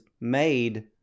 made